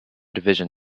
division